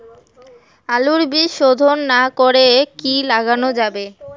আলুর বীজ শোধন না করে কি লাগানো যাবে?